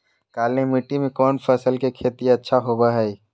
काली मिट्टी में कौन फसल के खेती अच्छा होबो है?